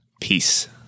Peace